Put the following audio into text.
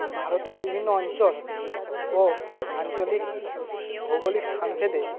ভারতের বিভিন্ন অঞ্চল ও আঞ্চলিক ভৌগোলিক স্থানভেদে